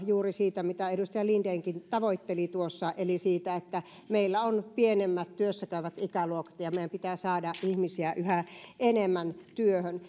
juuri siitä mitä edustaja lindenkin tavoitteli tuossa eli meillä on pienemmät työssäkäyvät ikäluokat ja meidän pitää saada ihmisiä yhä enemmän työhön